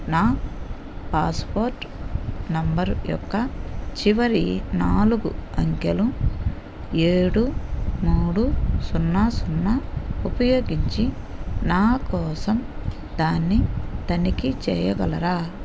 నా passport number యొక్క చివరి నాలుగు అంకెలు ఏడు మూడు సున్నా సున్నా ఉపయోగించి నా కోసం దాన్ని తనిఖీ చేయగలరా